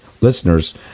listeners